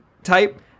type